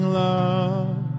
love